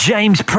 James